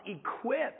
equip